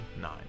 nine